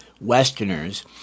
Westerners